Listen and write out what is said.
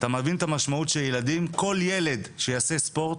אתה מבין את המשמעות שילדים, כל ילד שיעשה ספורט,